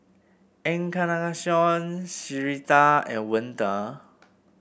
Encarnacion Syreeta and Wende